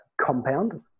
compound